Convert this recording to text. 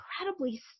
incredibly